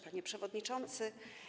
Panie Przewodniczący!